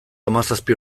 hamazazpi